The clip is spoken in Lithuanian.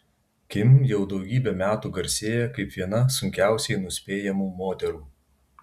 kim jau daugybę metų garsėja kaip viena sunkiausiai nuspėjamų moterų